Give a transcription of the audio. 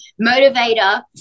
motivator